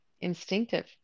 Instinctive